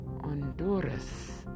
Honduras